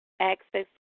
access